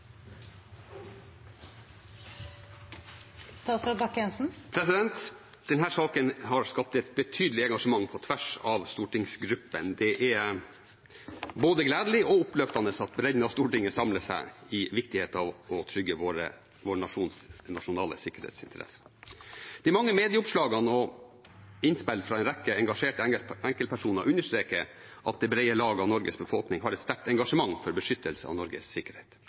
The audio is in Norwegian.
saken har skapt et betydelig engasjement på tvers av stortingsgruppene. Det er både gledelig og oppløftende at bredden av Stortinget samler seg i viktigheten av å trygge våre nasjonale sikkerhetsinteresser. De mange medieoppslagene og innspill fra en rekke engasjerte enkeltpersoner understreker at det brede lag av Norges befolkning har et sterkt engasjement for beskyttelse av Norges sikkerhet.